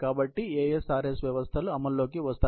కాబట్టి ఈ AS RS వ్యవస్థలు అమల్లోకి వస్తాయి